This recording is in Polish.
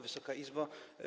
Wysoka Izbo!